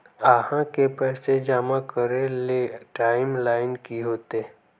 आहाँ के पैसा जमा करे ले टाइम लाइन की होते?